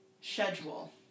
schedule